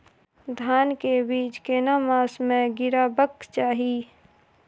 धान के बीज केना मास में गीराबक चाही?